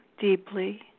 deeply